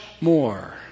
more